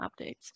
updates